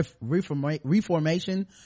reformation